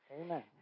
Amen